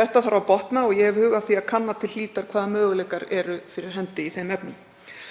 Þetta þarf að botna og ég hef hug á því að kanna til hlítar hvaða möguleikar eru fyrir hendi í þeim efnum.